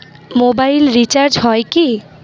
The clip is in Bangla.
মোবাইল রিচার্জ হয় কি?